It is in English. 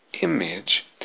image